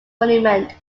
monument